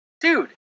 Dude